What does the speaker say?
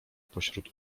pośród